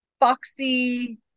Foxy